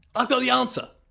i've got the answer.